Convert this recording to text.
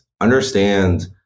Understand